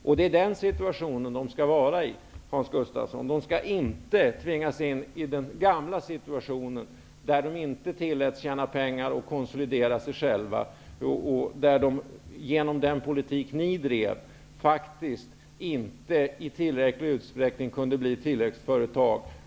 Och det är den situationen som de skall vara i, Hans Gustafsson. De skall inte tvingas in i den gamla situationen, där de inte tilläts tjäna pengar och konsolidera sig. Genom den politik som ni bedrev kunde de inte i tillräcklig utsträckning bli tillväxtföretag.